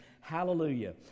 hallelujah